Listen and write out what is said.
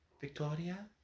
Victoria